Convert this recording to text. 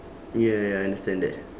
ya ya I understand that